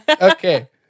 Okay